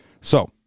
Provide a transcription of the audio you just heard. So-